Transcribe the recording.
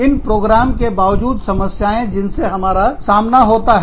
इन programme के बावजूद समस्याएं जिनसे हमारा सामना होता है